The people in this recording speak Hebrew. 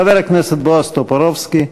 חבר הכנסת בועז טופורובסקי.